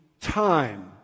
time